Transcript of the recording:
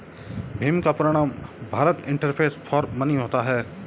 भीम का पूरा नाम भारत इंटरफेस फॉर मनी होता है